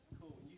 cool